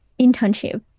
internship